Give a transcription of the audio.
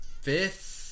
fifth